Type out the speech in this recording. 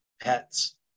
pets